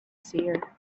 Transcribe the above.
seer